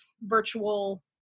virtual